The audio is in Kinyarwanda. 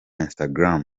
instagram